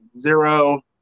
Zero